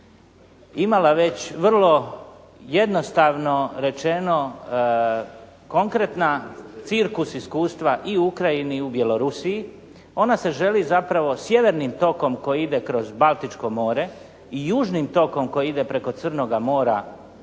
imala već vrlo jednostavno rečeno konkretna cirkus iskustva i u Ukrajini i u Bjelorusiji ona se želi zapravo sjevernim tokom koji ide kroz Baltičko more i južnim tokom koji ide preko Crnoga mora,